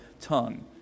tongue